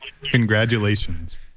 Congratulations